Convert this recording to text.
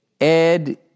Ed